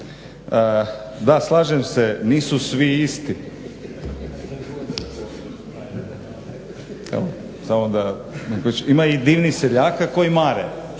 Da, slažem se nisu svi isti. Ima i divnih seljaka koji mare